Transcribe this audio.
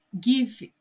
give